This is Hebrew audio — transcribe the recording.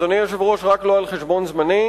אדוני היושב-ראש, רק לא על חשבון זמני.